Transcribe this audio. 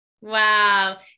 Wow